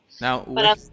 Now